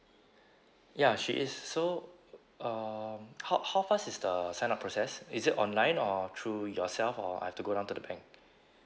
ya she is so uh how how fast is the sign up process is it online or through yourself or I've to go down to the bank